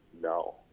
no